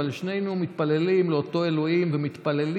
אבל שנינו מתפללים לאותו האל ומתפללים